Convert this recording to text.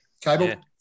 Cable